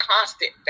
constant